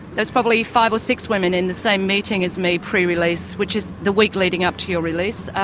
there's probably five or six women in the same meeting as me pre-release, which is the week leading up to your release.